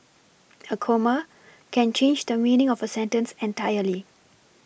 a comma a a comma a comma can change the meaning of a sentence entirely